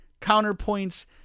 counterpoints